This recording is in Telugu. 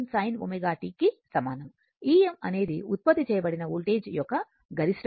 Em అనేది ఉత్పత్తి చేయబడిన వోల్టేజ్ యొక్క గరిష్ట విలువ